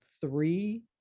three